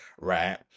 right